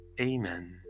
Amen